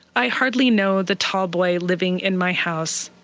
i hardly know the tall boy living in my house.